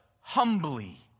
humbly